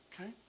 Okay